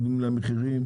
מורידים להם מחירים?